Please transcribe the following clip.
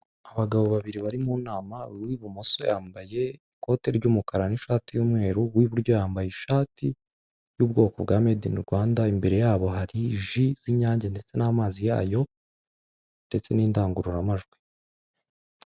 Abagabo babiri bari mu nama uw'ibumoso yambaye ikote ry'umukara n'ishati y'umweru, uw'iburyo yambaye ishati y'ubwoko bwa mede ini rwanda imbere yabo hari ji z'inyange ndetse n'amazi yayo, ndetse n'indangururamajwi.